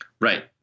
Right